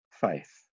faith